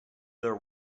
their